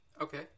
okay